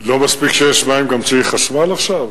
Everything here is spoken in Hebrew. לא מספיק שיש מים, גם צריך חשמל עכשיו?